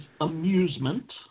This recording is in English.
amusement